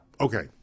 Okay